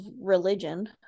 religion